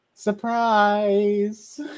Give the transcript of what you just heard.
Surprise